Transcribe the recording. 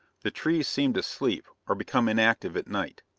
the trees seem to sleep, or become inactive, at night.